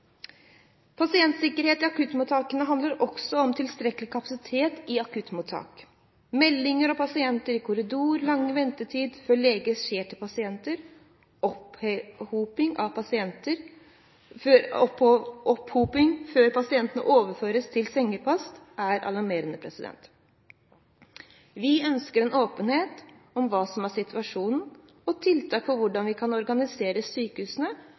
Pasientsikkerhet i akuttmottakene handler også om tilstrekkelig kapasitet i akuttmottak. Meldinger om pasienter i korridorene, lang ventetid før lege ser til pasienter og opphoping før pasientene overføres til sengepost er alarmerende. Vi ønsker åpenhet om hva som er situasjonen, og tiltak for hvordan vi kan organisere sykehusene